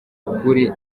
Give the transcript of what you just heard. kure